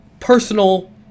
Personal